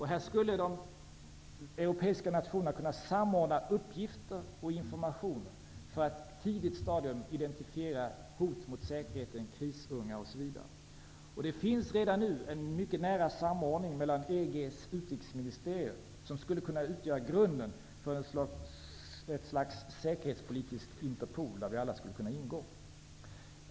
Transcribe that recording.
Här skulle de europeiska nationerna kunna samordna uppgifter och informationer för att på ett tidigt stadium identifiera hot mot säkerheten, krisungar, osv. Det finns redan nu en mycket nära samordning mellan EG-ländernas utrikesministerier som skulle kunna utgöra grunden för ett slags säkerhetspolitiskt Interpol, där vi alla skulle kunna ingå.